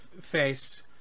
face